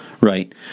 right